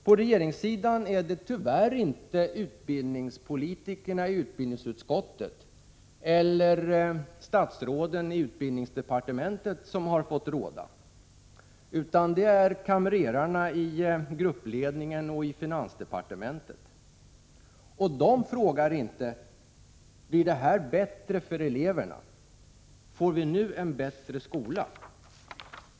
På regeringssidan är det tyvärr inte utbildningspolitikerna i utbildningsutskottet eller statsråden i utbildningsdepartementet som har fått råda, utan det är kamrerarna i gruppledningen och i finansdepartementet. Och de ställer inte frågorna: Blir det här bättre för eleverna? Får vi nu en bättre skola?